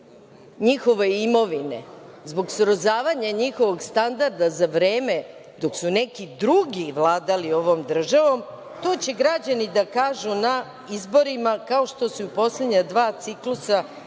njihove imovine, zbog srozavanja njihovog standarda za vreme dok su neki drugi vladali ovom državom, to će građani da kažu na izborima, kao što su i u poslednja dva ciklusa